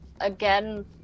again